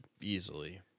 easily